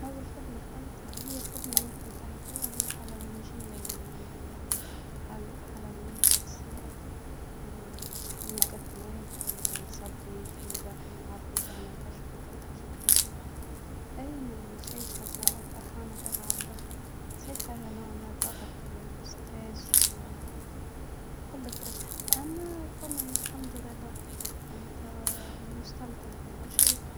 أول خدمة خدمتها هي الخدمة اللي نخدم فيها توا هي حلوانجية يعني نعمل حلويات الحلوي الجاتوهات و السابليش و الحلو العادي بتاعنا البسكوت و الحاجات هاديكا الكل، أنا مشايخة، ساهة، وفرحانة بها على الآخر، صحيح فيها نوع من الضغط وقلة ربح، أما تمام الحمد لله معناتها مستمتعة فيها وشايخة.